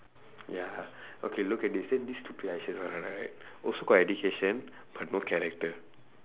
ya okay look at this then this stupid right also got education but no character